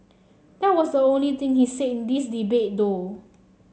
that was the only thing he's said in this debate though